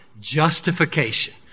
justification